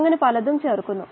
എന്താണ് ഇതിന്റെ അർത്ഥം